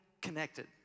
connected